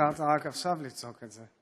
מיקי, חבל שנזכרת רק עכשיו לצעוק את זה.